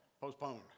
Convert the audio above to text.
postponed